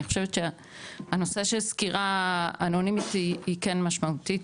אני חושבת שהנושא של סקירה אנונימית היא כן משמעותית,